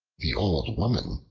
the old woman,